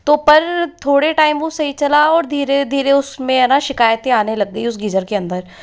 तो पर थोड़े टाइम वो सही चला और धीरे धीरे उसमें है न शिकायतें आने लग गई उस गीज़र के अंदर